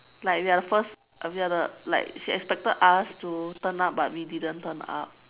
like we are the first uh we are the like she expected us to turn up but we didn't turn up